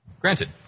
Granted